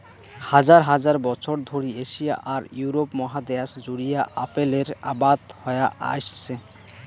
হাজার হাজার বছর ধরি এশিয়া আর ইউরোপ মহাদ্যাশ জুড়িয়া আপেলের আবাদ হয়া আইসছে